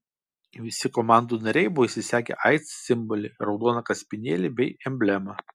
visi komandų nariai buvo įsisegę aids simbolį raudoną kaspinėlį bei emblemą